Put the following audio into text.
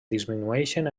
disminueixen